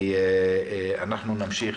אנחנו נמשיך